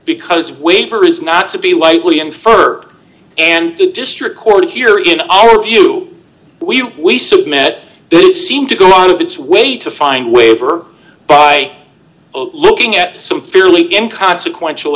because waiver is not to be lightly inferred and the district court here in our view we we submit did seem to go out of its way to find waiver by looking at some fairly consequential